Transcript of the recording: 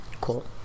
Cool